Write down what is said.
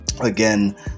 Again